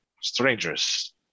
strangers